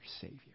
Savior